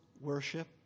worship